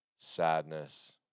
sadness